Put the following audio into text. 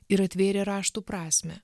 ir atvėrė raštų prasmę